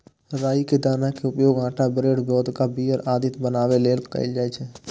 राइ के दाना के उपयोग आटा, ब्रेड, वोदका, बीयर आदि बनाबै लेल कैल जाइ छै